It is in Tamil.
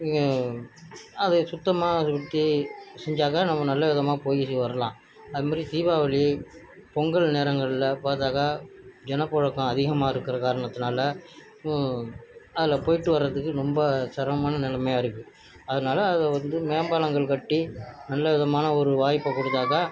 அதை சுத்தமாக செஞ்சா நம்ம நல்ல விதமாக போய்ட்டு வரலாம் அதுமாதிரி தீபாவளி பொங்கல் நேரங்களில் பார்த்தாக்கா ஜனப் புழக்கம் அதிகமாக இருக்கிற காரணத்தினால அதில் போய்ட்டு வர்றதுக்கு ரொம்ப சிரமமான நிலைமையாக இருக்கு அதனால் அது வந்து மேம்பாலங்கள் கட்டி நல்லவிதமான ஒரு வாய்ப்பை கொடுத்தாக்க